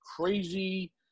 crazy